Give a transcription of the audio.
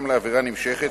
גם לעבירה נמשכת,